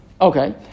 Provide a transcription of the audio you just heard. Okay